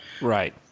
Right